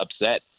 upset